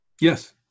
Yes